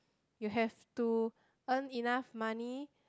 you have to earn enough money